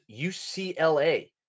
UCLA